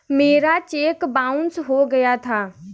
मेरा cheque bounce हो गया था